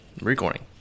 recording